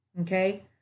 okay